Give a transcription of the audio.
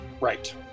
Right